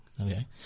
Okay